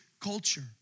culture